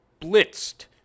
blitzed